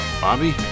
Bobby